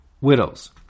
widows